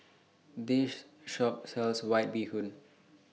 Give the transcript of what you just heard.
This Shop sells White Bee Hoon